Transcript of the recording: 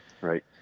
right